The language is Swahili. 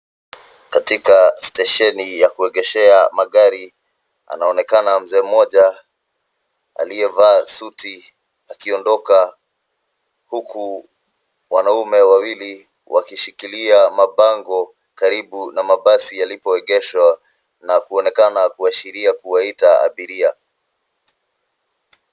Katika stesheni ya kuegeshea magari anaonekana mzee mmoja aliyevaa suti akiondoka huku wanaume wawili wakishikilia mabango karibu na mabasi yalipoegeshwa na kuonekana kuashiria kuwaita abiria.